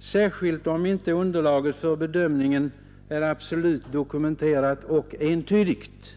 särskilt om inte underlaget för bedömningen är absolut dokumenterat och entydigt.